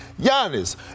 Giannis